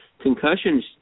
concussions